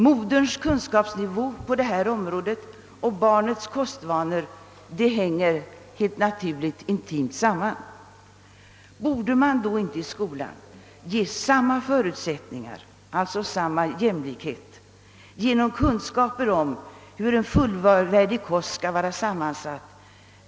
Moderns kunskapsnivå på detta område och barnets kostvanor hänger hela naturligt intimt samman. Borde man därför inte i skolan ge samma förutsättningar, alltså skapa jämlikhet, genom att meddela kunskaper om hur en fullvärdig kost skall vara sammansatt.